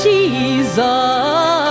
Jesus